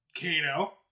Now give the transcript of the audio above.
Kano